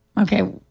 Okay